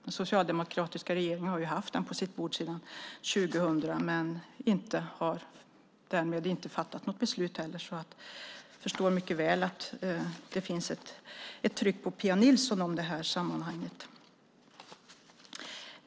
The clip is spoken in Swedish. Den socialdemokratiska regeringen har ju haft den frågan på sitt bord sedan 2000 men inte fattat något beslut, så jag förstår mycket väl att det finns ett tryck på Pia Nilsson i det här sammanhanget.